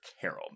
Carol